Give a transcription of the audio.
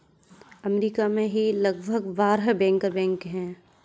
अमरीका में ही लगभग बारह बैंकर बैंक हैं